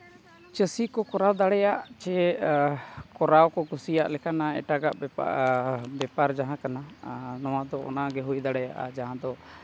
ᱪᱟᱹᱥᱤ ᱠᱚ ᱠᱚᱨᱟᱣ ᱫᱟᱲᱮᱭᱟᱜ ᱪᱮ ᱠᱚᱨᱟᱣ ᱠᱚ ᱠᱩᱥᱤᱭᱟᱜ ᱞᱮᱠᱟᱱᱟᱜ ᱮᱴᱟᱜᱟᱜ ᱵᱮᱯᱟᱨ ᱡᱟᱦᱟᱸ ᱠᱟᱱᱟ ᱱᱚᱣᱟᱫᱚ ᱚᱱᱟᱜᱮ ᱦᱩᱭ ᱫᱟᱲᱮᱭᱟᱜᱼᱟ ᱡᱟᱦᱟᱸ ᱫᱚ